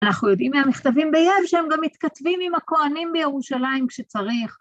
אנחנו יודעים מהמכתבים ביאב שהם גם מתכתבים עם הכהנים בירושלים כשצריך.